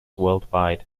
worldwide